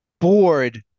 bored